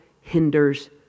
hinders